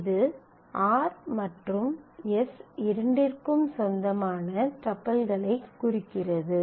இது r மற்றும் s இரண்டிற்கும் சொந்தமான டப்பிள்களைக் குறிக்கிறது